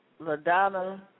Ladonna